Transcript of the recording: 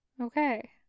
Okay